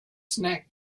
snack